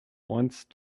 once